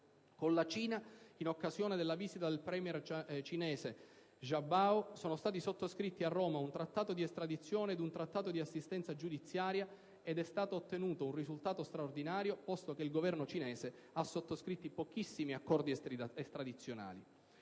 Con la Cina, in occasione della visita del *premier* cinese Jiabao, sono stati sottoscritti a Roma un trattato di estradizione ed un trattato di assistenza giudiziaria, ed è stato ottenuto un risultato straordinario, posto che il Governo cinese ha sottoscritto pochissimi accordi estradizionali.